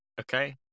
Okay